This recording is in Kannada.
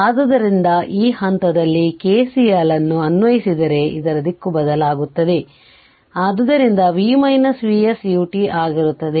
ಆದ್ದರಿಂದ ಈ ಹಂತಲ್ಲಿ KCL ಅನ್ನು ಅನ್ವಯಿಸಿದರೆ ಇದರ ದಿಕ್ಕು ಬದಲಾಗುತ್ತದೆ ಆದ್ದರಿಂದ v Vs u ಆಗಿರುತ್ತದೆ